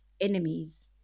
enemies